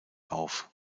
auf